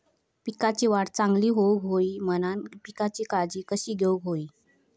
पिकाची वाढ चांगली होऊक होई म्हणान पिकाची काळजी कशी घेऊक होई?